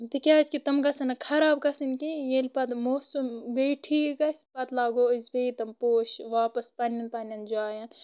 تِکیازِ کہِ تم گژھن نہٕ خراب گژھٕنۍ کہہیٚن ییلہِ پتہٕ موسم بی ٹھیٖک گژھِ پتہٕ لاگو أسۍ بیٚیہِ تِم پوش واپس پنٕنٮ۪ن پنٕنٮ۪ن جاین